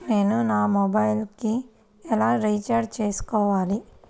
నేను నా మొబైల్కు ఎలా రీఛార్జ్ చేసుకోవాలి?